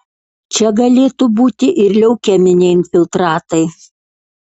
čia galėtų būti ir leukeminiai infiltratai